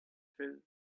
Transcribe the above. through